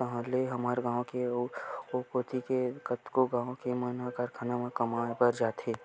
ताहले हमर गाँव के अउ ओ कोती के कतको गाँव के मन ह कारखाना म कमाए बर जाथे